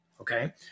okay